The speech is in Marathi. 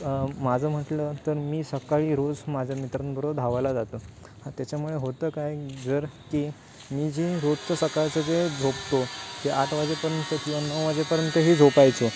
माझं म्हटलं तर मी सकाळी रोज माझ्या मित्रांबरोबर धावायला जातं त्याच्यामुळे होतं काय जर की मी जी रोजच सकाळचं जे झोपतो ते आठ वाजेपर्यंत किंवा नऊ वाजेपर्यंतही झोपायचो